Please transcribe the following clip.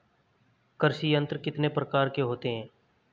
कृषि यंत्र कितने प्रकार के होते हैं?